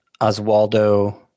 Oswaldo